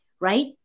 Right